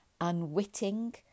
unwitting